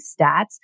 stats